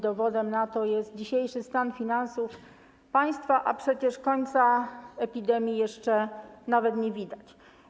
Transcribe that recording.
Dowodem na to jest dzisiejszy stan finansów państwa, a przecież końca epidemii jeszcze nie widać.